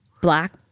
black